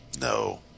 No